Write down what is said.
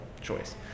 choice